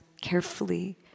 carefully